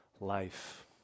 life